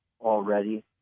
already